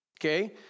okay